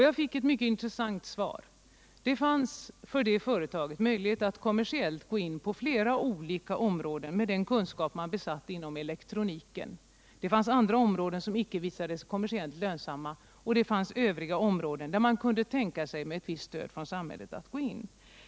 Jag fick ett mycket intressant svar. Det fanns för detta företag möjlighet att kommersiellt gå in på flera olika områden på grundval av den kunskap man besatt inom elektroniken. Det fanns andra områden som icke visade sig kommersiellt lönsamma och övriga områden, där man kunde tänka sig att gå in med visst stöd från samhället.